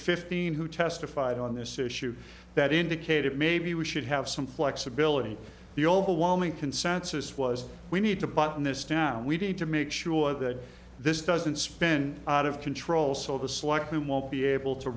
fifteen who testified on this issue that indicated maybe we should have some flexibility the overwhelming consensus was we need to button this down we need to make sure that this doesn't spend out of control so the select whom won't be able to